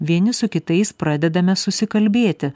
vieni su kitais pradedame susikalbėti